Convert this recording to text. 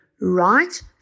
right